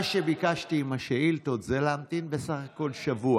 מה שביקשתי עם השאילתות זה להמתין בסך הכול שבוע,